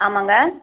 ஆமாங்க